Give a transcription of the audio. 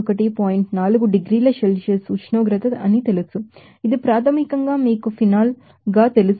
4 డిగ్రీల సెల్సియస్ ఉష్ణోగ్రత తెలుసు ఇది ప్రాథమికంగా మీకు ఫినాల్ తెలుసు